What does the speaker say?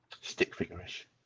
Stick-figure-ish